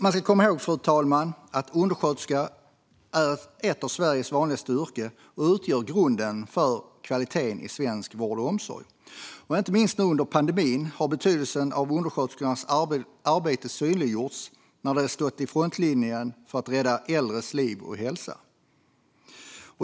Man ska komma ihåg att undersköterska är ett av Sveriges vanligaste yrken och utgör grunden för kvaliteten i svensk vård och omsorg. Inte minst under pandemin har betydelsen av undersköterskornas arbete synliggjorts när de stått i frontlinjen för att rädda äldres liv och hälsa.